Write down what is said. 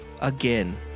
again